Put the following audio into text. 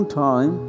time